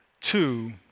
Two